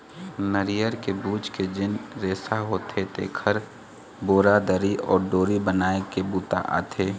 नरियर के बूच के जेन रेसा होथे तेखर बोरा, दरी अउ डोरी बनाए के बूता आथे